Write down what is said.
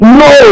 no